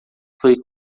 foi